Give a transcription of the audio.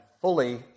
fully